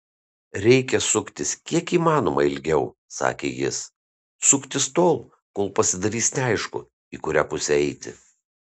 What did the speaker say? reikia suktis kiek įmanoma ilgiau sakė jis suktis tol kol pasidarys neaišku į kurią pusę eiti